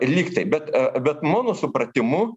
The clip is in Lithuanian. lygtai bet bet mano supratimu